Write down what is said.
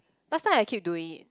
last time I keep doing it